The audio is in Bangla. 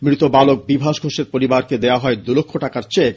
মৃত বালক বিভাস ঘোষের পরিবারকে দেওয়া হয় দুলক্ষ টাকার চেক